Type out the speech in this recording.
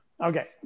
Okay